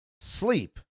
Sleep